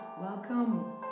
welcome